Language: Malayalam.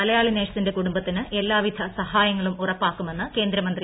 മലയാളി നഴ്സിന്റെ കൂടുംബത്തിന് എല്ലാവിധ സഹായങ്ങളും ഉറപ്പാക്കുമെന്ന് കേന്ദ്രമന്ത്രി വി